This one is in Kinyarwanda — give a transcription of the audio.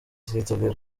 twiteguye